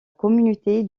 communauté